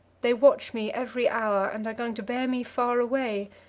they watch me every hour, and are going to bear me far away,